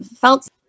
felt